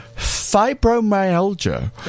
Fibromyalgia